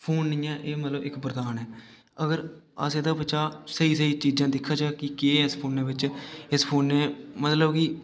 phone नि ऐ एह् इक बरदान ऐ अगर अस एह्दे बिच्चा स्हेई स्हेई चीज़ां दिखचै कि केह् ऐ इस फोनै बिच्च इस फोनै मतलब कि